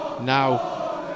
now